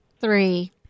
Three